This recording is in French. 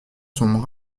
sont